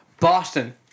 Boston